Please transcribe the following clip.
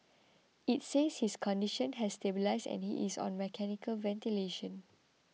it says his condition has stabilised and he is on mechanical ventilation